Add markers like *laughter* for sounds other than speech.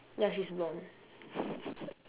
ya she's blonde *laughs*